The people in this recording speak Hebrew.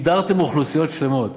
הדרתם אוכלוסיות שלמות.